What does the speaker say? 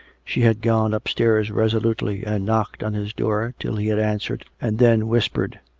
she had gone upstairs resolutely and knocked on his door till he had answered, and then whis pered,